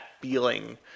feeling